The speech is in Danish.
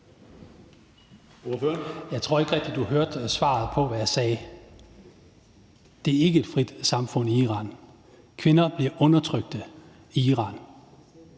Jeg tror ikke rigtig, du hørte, hvad jeg svarede. Iran er ikke et frit samfund. Kvinder bliver undertrykt i Iran.